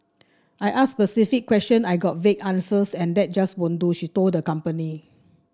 I asked specific question I got vague answers and that just won't do she told the company